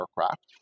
aircraft